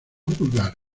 pulgar